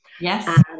Yes